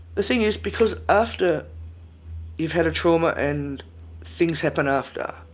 the thing is because after you've had a trauma, and things happen after,